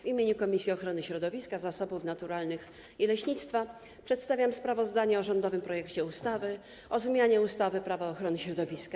W imieniu Komisji Ochrony Środowiska, Zasobów Naturalnych i Leśnictwa przedstawiam sprawozdanie o rządowym projekcie ustawy o zmianie ustawy Prawo ochrony środowiska.